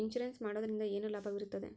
Insurance ಮಾಡೋದ್ರಿಂದ ಏನು ಲಾಭವಿರುತ್ತದೆ?